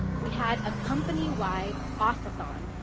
we had a company wide ossathon,